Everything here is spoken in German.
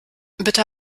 bitte